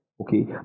okay